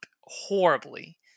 horribly